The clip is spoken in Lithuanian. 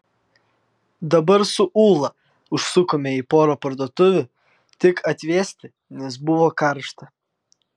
dabar su ūla užsukome į porą parduotuvių tik atvėsti nes buvo karšta